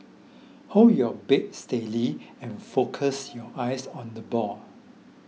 hold your bat steady and focus your eyes on the ball